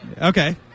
okay